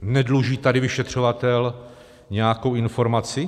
Nedluží tady vyšetřovatel nějakou informaci?